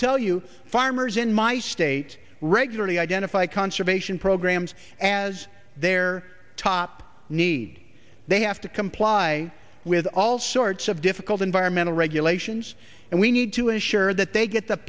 tell you farmers in my state regularly identify conservation programs as their top need they have to comply with all sorts of difficult environmental regulations and we need to assure that they get the